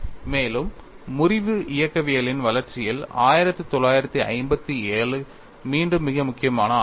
மேலும் முறிவு இயக்கவியலின் வளர்ச்சியில் 1957 மீண்டும் மிக முக்கியமான ஆண்டாகும்